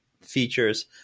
features